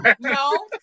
No